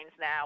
now